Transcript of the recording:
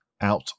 out